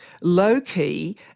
low-key